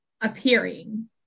appearing